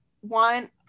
one